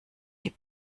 die